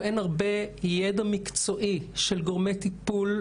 או אין הרבה ידע מקצועי של גורמי טיפול,